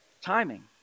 Timing